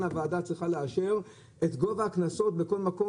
הוועדה כאן צריכה לאשר את גובה הקנסות בכל מקום,